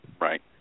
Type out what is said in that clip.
Right